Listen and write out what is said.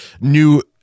new